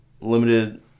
Limited